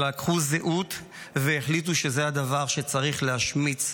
אלא לקחו זהות והחליטו שזה הדבר שצריך להשמיץ,